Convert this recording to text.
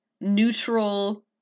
neutral